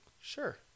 Sure